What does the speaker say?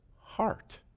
heart